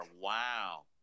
wow